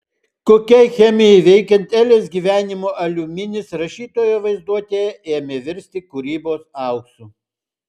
kokiai chemijai veikiant elės gyvenimo aliuminis rašytojo vaizduotėje ėmė virsti kūrybos auksu